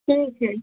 ठीक है